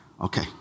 Okay